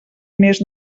més